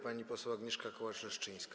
Pani poseł Agnieszka Kołacz-Leszczyńska.